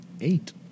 Eight